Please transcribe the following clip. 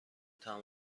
تمام